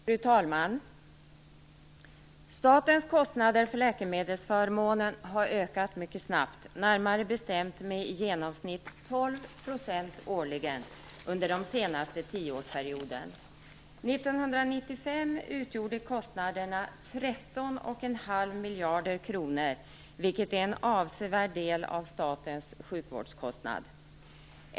Fru talman! Statens kostnader för läkemedelsförmånen har ökat mycket snabbt, närmare bestämt med i genomsnitt 12 % årligen under den senaste tioårsperioden. 1995 utgjorde kostnaderna 13,5 miljarder kronor, vilket är en avsevärd del av statens sjukvårdskostnader.